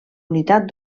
unitat